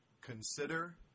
Consider